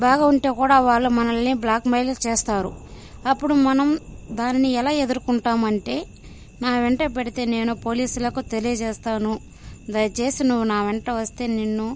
బాగుంటే కూడా వాళ్ళు మనల్ని బ్లాక్మెయిల్ చేస్తారు అప్పుడు మనం దానిని ఎలా ఎదుర్కొంటామంటే నా వెంట పడితే నేను పోలీసులకు తెలియజేస్తాను దయచేసి నువ్వు నా వెంట వస్తే నిన్ను